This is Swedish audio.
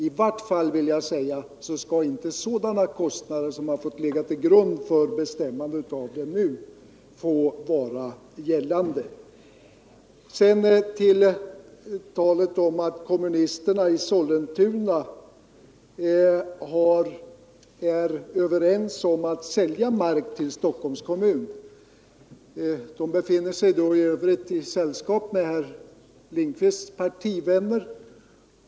I vart fall skall inte sådana kostnader få ligga till grund för och vara bestämmande för priset. Vidare har det sagts att kommunisterna i Sollentuna är överens om att sälja mark till Stockholms kommun. I så fall befinner sig de i sällskap med herr Lindkvists partivänner.